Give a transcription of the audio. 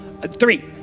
three